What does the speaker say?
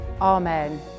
Amen